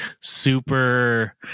super